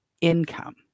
income